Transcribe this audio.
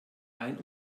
ein